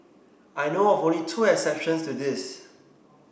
I know of only two exceptions to this